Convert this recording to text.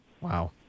Wow